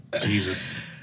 Jesus